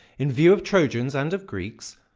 in view of troyans and of greeks,